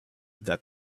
that